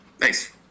Thanks